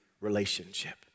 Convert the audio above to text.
relationship